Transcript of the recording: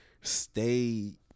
stay